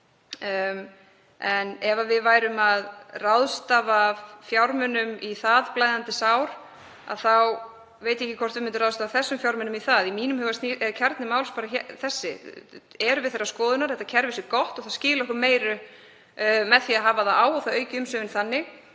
En ef við værum að ráðstafa fjármunum í það blæðandi sár þá veit ég ekki hvort við myndum ráðstafa þessum fjármunum í það. Í mínum huga er kjarni málsins þessi: Erum við þeirrar skoðunar að þetta kerfi sé gott og það skili okkur meiru með því að hafa það á, og það auki umsvifin þannig,